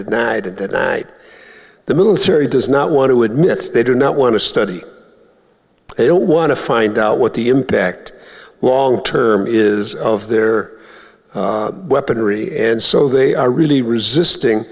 denied that i the military does not want to admit they do not want to study they don't want to find out what the impact wall term is of their weaponry and so they are really resisting